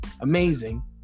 amazing